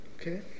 Okay